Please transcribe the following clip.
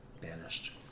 banished